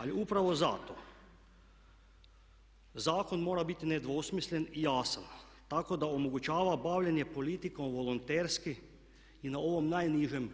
Ali upravo zato zakon mora biti nedvosmislen i jasan, tako da omogućava bavljenje politikom volonterski i na ovom najnižem